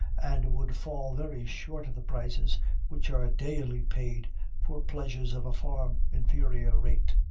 and would fall very short of the prices which are daily paid for pleasures of a far inferior rate.